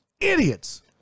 Idiots